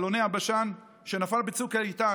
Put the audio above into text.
אלוני הבשן, שנפל בצוק איתן.